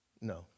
No